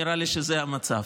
נראה לי שזה המצב.